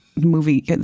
movie